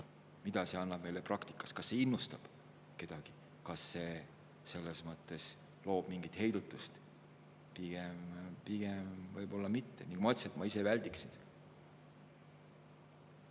Mida see annab praktikas? Kas see innustab kedagi, kas see loob selles mõttes mingit heidutust? Pigem võib-olla mitte. Ma ütleksin, et ma ise [selliseid